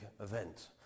event